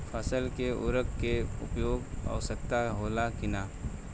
फसल में उर्वरक के उपयोग आवश्यक होला कि न?